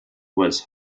was